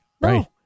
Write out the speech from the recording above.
Right